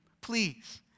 please